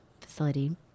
Facility